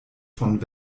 von